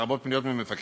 לרבות פניות ממפקחים,